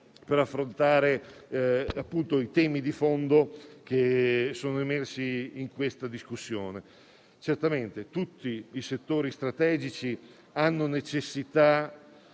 per affrontare i temi di fondo che sono emersi da questa discussione. Certamente, tutti i settori strategici hanno necessità